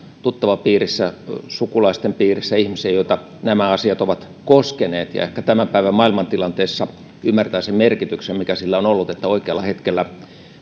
tuttavapiirissä tai sukulaisten piirissä ihmisiä joita nämä asiat ovat koskeneet ja ehkä tämän päivän maailmantilanteessa ymmärtää sen merkityksen mikä sillä on ollut että oikealla hetkellä